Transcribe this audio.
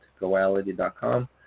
goality.com